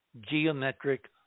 geometric